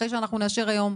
אחרי שאנחנו נאשר היום.